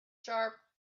sharp